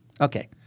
Okay